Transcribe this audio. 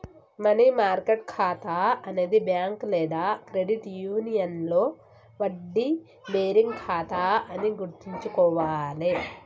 money market ఖాతా అనేది bank లేదా క్రెడిట్ యూనియన్లో వడ్డీ బేరింగ్ ఖాతా అని గుర్తుంచుకోవాలే